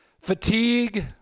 fatigue